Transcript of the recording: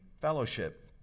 fellowship